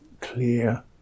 clear